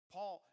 Paul